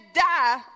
die